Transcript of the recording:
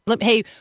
Hey